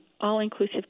all-inclusive